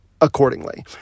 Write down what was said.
accordingly